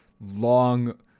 long